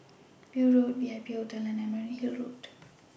View Road V I P Hotel and Emerald Hill Road